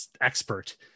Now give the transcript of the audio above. expert